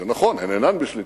זה נכון, הן אינן בשליטתנו,